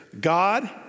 God